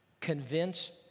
convince